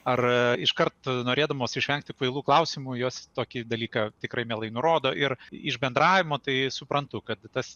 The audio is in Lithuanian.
ar iškart norėdamos išvengti kvailų klausimų jos tokį dalyką tikrai mielai nurodo ir iš bendravimo tai suprantu kad tas